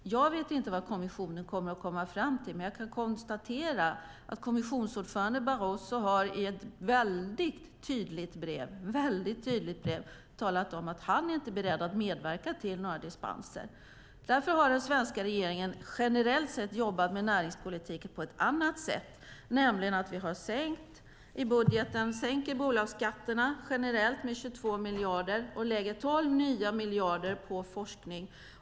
Jag vet inte vad kommissionen kommer att komma fram till, men jag kan konstatera att kommissionsordförande Barroso i ett väldigt tydligt brev har talat om att han inte är beredd att medverka till några dispenser. Därför har den svenska regeringen generellt sett jobbat med näringspolitiken på ett annat sätt, nämligen genom att i budgeten sänka bolagsskatterna generellt med 22 miljarder och lägga 12 miljarder på forskning.